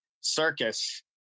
circus